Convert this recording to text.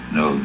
no